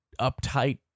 uptight